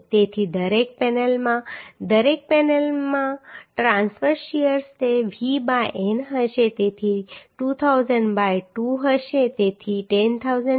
તેથી દરેક પેનલમાં ટ્રાંસવર્સ શીયર તે V બાય N હશે તેથી તે 2000 બાય 2 હશે તેથી 10000 ન્યૂટન